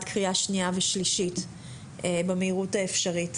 קריאה שנייה ושלישית במהירות האפשרית,